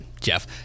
Jeff